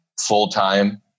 full-time